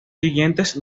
siguientes